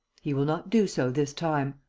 he will not do so this time.